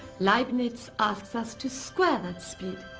leibniz asks us to square that speed.